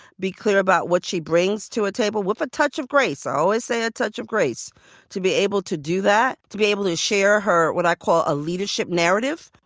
be clear about what she brings to a table, with a touch of grace i always say a touch of grace to be able to do that. to be able to share what i call a leadership narrative,